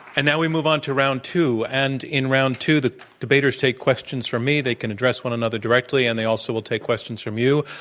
and now we move on to round two. and in round two, the debaters take questions from me. they can address one another directly, and they also will take questions from you,